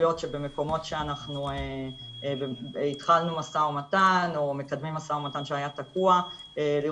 במקומות שהתחלנו משא ומתן או מקדמים משא ומתן שהיה תקוע יש